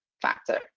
factor